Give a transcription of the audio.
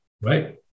Right